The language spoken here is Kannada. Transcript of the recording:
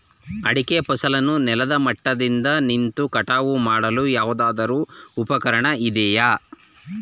ಅಡಿಕೆ ಫಸಲನ್ನು ನೆಲದ ಮಟ್ಟದಿಂದ ನಿಂತು ಕಟಾವು ಮಾಡಲು ಯಾವುದಾದರು ಉಪಕರಣ ಇದೆಯಾ?